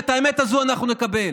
ואת האמת הזאת אנחנו נקבל.